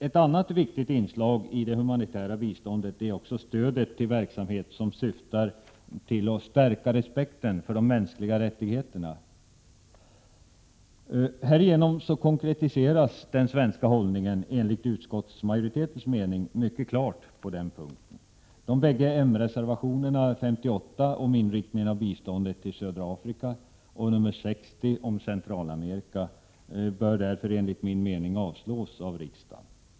Ett annat viktigt inslag i det humanitära biståndet är stödet till verksamhet som syftar till att stärka respekten för de mänskliga rättigheterna. Härigenom konkretiseras den svenska hållningen mycket klart på denna punkt, enligt utskottsmajoritetens mening. De båda m-reservationerna nr 58 om inriktningen av biståndet till södra Afrika och nr 60 om Centralamerika bör därför avslås av riksdagen.